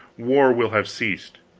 war will have ceased.